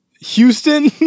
Houston